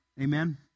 Amen